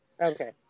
Okay